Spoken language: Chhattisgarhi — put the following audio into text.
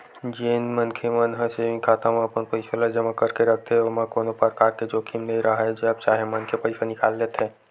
जेन मनखे मन ह सेंविग खाता म अपन पइसा ल जमा करके रखथे ओमा कोनो परकार के जोखिम नइ राहय जब चाहे मनखे पइसा निकाल लेथे